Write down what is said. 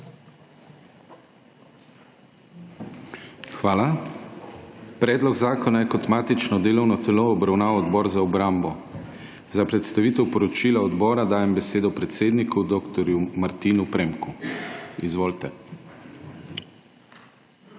Hvala. Predlog zakona je kot matično delovno telo obravnaval Odbor za obrambo. Za predstavitev poročila Odbora, dajem besedo predsedniku dr. Martinu Premku. Izvolite!